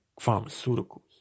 pharmaceuticals